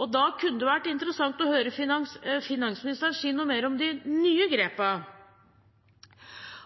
og da kunne det vært interessant å høre finansministeren si noe mer om de nye grepene.